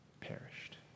perished